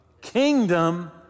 kingdom